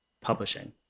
publishing